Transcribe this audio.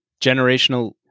generational